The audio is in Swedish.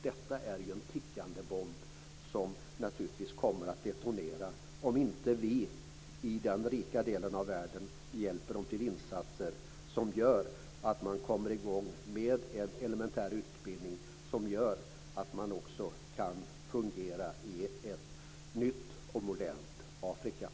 Detta är en tickande bomb som naturligtvis kommer att detonera om inte vi i den rika delen av världen hjälper till med insatser som gör att man kommer i gång med en elementär utbildning som gör att människor kan fungera i ett nytt och modernt